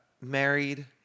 married